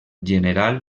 general